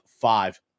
five